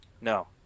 No